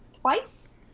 twice